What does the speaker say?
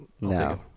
no